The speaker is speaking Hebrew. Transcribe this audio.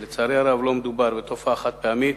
לצערי הרב, לא מדובר בתופעה חד-פעמית